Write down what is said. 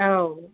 औ